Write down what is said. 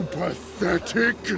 pathetic